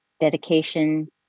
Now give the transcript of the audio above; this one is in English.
dedication